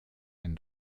wenn